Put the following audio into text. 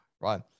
right